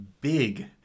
big